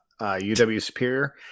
UW-Superior